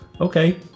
Okay